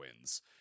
wins